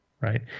right